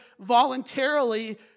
voluntarily